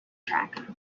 track